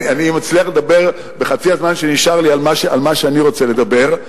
אני מצליח לדבר בחצי הזמן שנשאר לי על מה שאני רוצה לדבר,